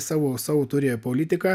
savo savo turi politiką